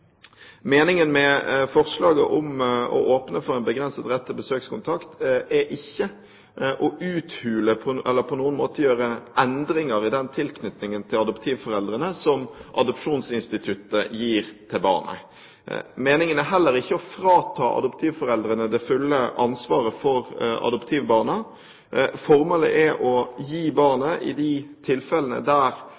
Meningen med forslaget om å åpne for en begrenset rett til besøkskontakt er ikke å uthule eller på noen måte å gjøre endringer i den tilknytningen til adoptivforeldrene som adopsjonsinstituttet gir til barnet. Meningen er heller ikke å frata adoptivforeldrene det fulle ansvaret for adoptivbarna. Formålet er å gi